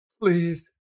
please